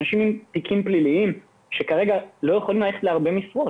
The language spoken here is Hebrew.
אנשים עם תיקים פליליים שכרגע לא יכולים ללכת להרבה משרות.